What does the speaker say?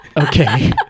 Okay